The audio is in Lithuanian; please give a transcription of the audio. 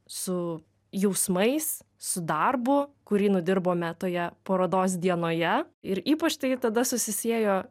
su jausmais su darbu kurį nudirbome toje parodos dienoje ir ypač tai tada susisiejo